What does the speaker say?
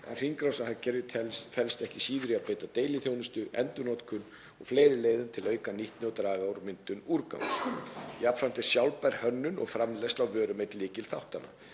en hringrásarhagkerfið felst ekki síður í að beita deiliþjónustu, endurnotkun og fleiri leiðum til að auka nýtni og draga úr myndun úrgangs. Jafnframt er sjálfbær hönnun og framleiðsla á vörum einn lykilþáttanna.